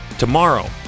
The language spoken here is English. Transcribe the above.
Tomorrow